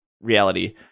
reality